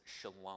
shalom